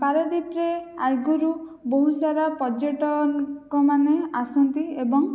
ପାରାଦ୍ୱୀପରେ ଆଗରୁ ବହୁତ ସାରା ପର୍ଯ୍ୟଟକମାନେ ଆସନ୍ତି ଏବଂ